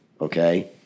Okay